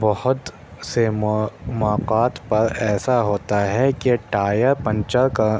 بہت سے مواقعات پر ایسا ہوتا ہے کہ ٹائر پنکچر کر